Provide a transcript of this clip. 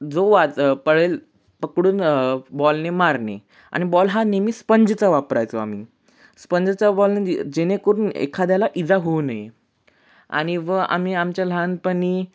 जो वाच पळेल पकडून बॉलने मारणे आणि बॉल हा नेहमी स्पंजचा वापरायचो आम्ही स्पंजचा बॉलने जे जेणेकरून एखाद्याला इजा होऊ नये आणि व आम्ही आमच्या लहानपणी